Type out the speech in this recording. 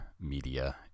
media